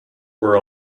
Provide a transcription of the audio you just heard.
were